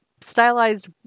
stylized